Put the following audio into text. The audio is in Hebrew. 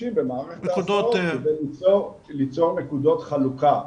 משתמשים במערך ההסעות כדי למצוא נקודות חלוקה,